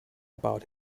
about